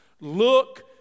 Look